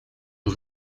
een